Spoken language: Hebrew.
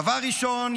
דבר ראשון,